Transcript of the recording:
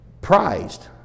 prized